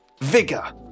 vigor